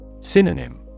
Synonym